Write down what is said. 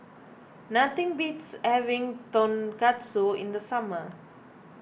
nothing beats having Tonkatsu in the summer